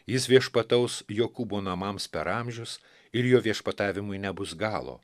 jis viešpataus jokūbo namams per amžius ir jo viešpatavimui nebus galo